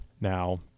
Now